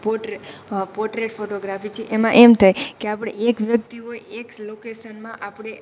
portrait portrait photography છે એમાં એમ થાય કે આપણે એક વ્યક્તિ હોય એક લોકેશનમાં આપણે